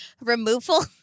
removal